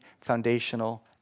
foundational